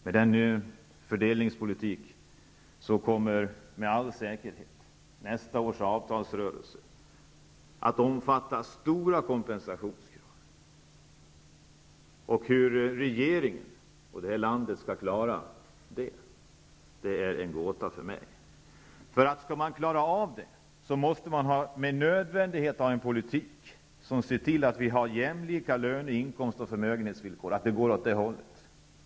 Med denna fördelningspolitik kommer med all säkerhet nästa års avtalsrörelse att omfatta stora kompensationskrav. Hur regeringen och detta land skall klara det är för mig en gåta. Skall man klara av det måste man med nödvändighet föra en politik som ser till att vi får jämlika löne , inkomst och förmögenhetsvillkor och se till att utvecklingen går åt rätt håll.